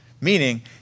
Meaning